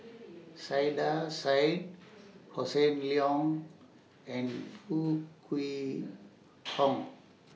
Saiedah Said Hossan Leong and Foo Kwee Horng